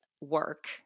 work